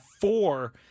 four